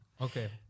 okay